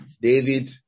David